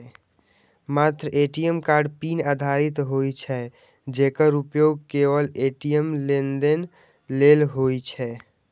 मात्र ATM card PIN आधारित होइ छै, जेकर उपयोग केवल ए.टी.एम लेनदेन लेल होइ छै